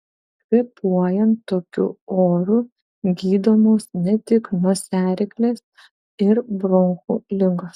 kvėpuojant tokiu oru gydomos ne tik nosiaryklės ir bronchų ligos